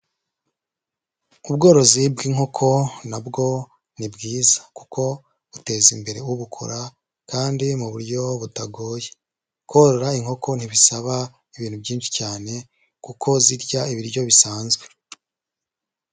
Ubworozi bw'inkoko na bwo ni bwiza kuko buteza imbere ubukora kandi mu buryo butagoye, korora inkoko ntibisaba ibintu byinshi cyane kuko zirya ibiryo bisanzwe.